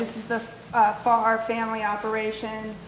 this is the far family operation